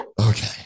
Okay